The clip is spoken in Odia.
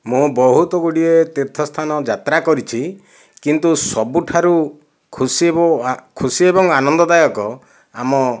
ମୁଁ ବହୁତୁ ଗୁଡ଼ିଏ ତୀର୍ଥସ୍ଥାନ ଯାତ୍ରା କରିଛି କିନ୍ତୁ ସବୁଠାରୁ ଖୁସି ଏବଂ ଖୁସି ଏବଂ ଆନନ୍ଦଦାୟକ ଆମ